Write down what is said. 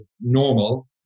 normal